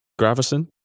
Gravison